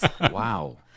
Wow